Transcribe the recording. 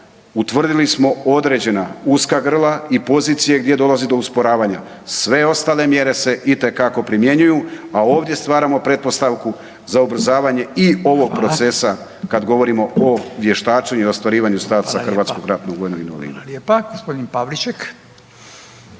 utvrdili smo određena uska grla i pozicije gdje dolazi do usporavanja. Sve ostale mjere se itekako primjenjuju a ovdje stvaramo pretpostavku za ubrzavanje i ovog procesa kad govorimo o vještačenju i ostvarivanju statusa HRVI-a. **Radin, Furio (Nezavisni)** Hvala lijepa. G. Pavliček.